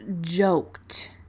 joked